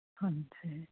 ਹਾਂਜੀ